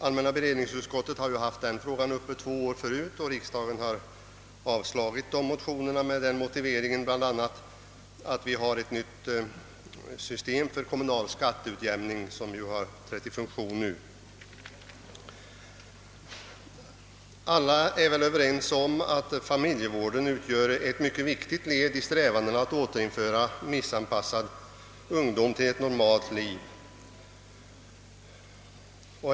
Allmänna beredningsutskottet har haft denna fråga uppe två gånger förut, och riksdagen har avslagit motionerna med motivering bl.a. att vi har ett nytt system för kommunal skatteutjämning som trätt i funktion nu. Alla är väl överens om att familjevården utgör ett mycket viktigt led i strävan att återinföra missanpassad ungdom till ett normalt liv.